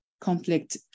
conflict